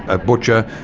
a butcher,